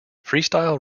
freestyle